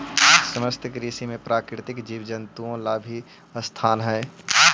सतत कृषि में प्राकृतिक जीव जंतुओं ला भी स्थान हई